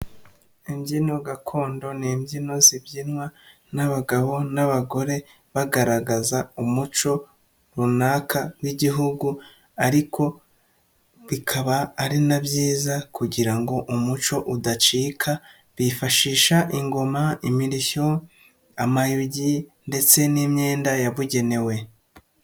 Imbyino gakondo n'imbyino zibyinwa n'abagabo n'abagore bagaragaza umuco runaka w'igihugu ariko bikaba ari na byiza kugira ngo umuco udacika bifashisha ingoma, imirishyo, amayugi ndetse n'imyenda yabugenewe.